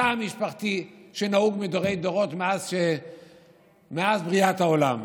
התא המשפחתי שנהוג מדורי-דורות, מאז בריאת העולם.